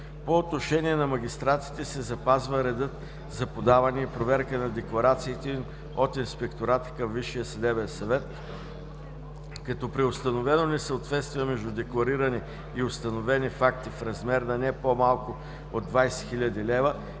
По отношение на магистратите се запазва редът за подаване и проверка на декларациите им от Инспектората към Висшия съдебен съвет, като при установено несъответствие между декларирани и установени факти в размер на не по-малко от 20 000 лв.